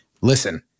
listen